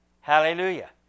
Hallelujah